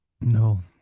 No